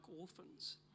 orphans